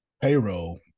Payroll